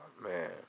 Man